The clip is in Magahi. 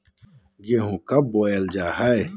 गेंहू कब बोया जाता हैं?